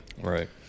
Right